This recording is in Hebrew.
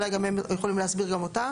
אולי גם הם יכולים להסביר גם אותה.